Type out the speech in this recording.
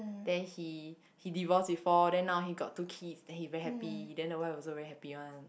then he he divorced before then now he got two kids then he very happy then the wife also very happy one